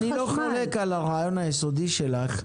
אני לא חולק על הרעיון היסודי שלך,